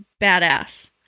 badass